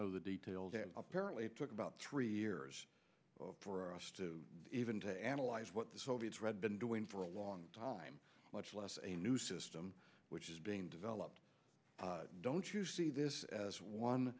know the details and apparently it took about three years for us to even to analyze what the soviets read been doing for a long time much less a new system which is being developed don't you see this as one